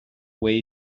way